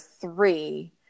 three